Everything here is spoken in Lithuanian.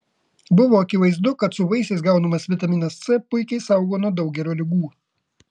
buvo akivaizdu kad su vaisiais gaunamas vitaminas c puikiai saugo nuo daugelio ligų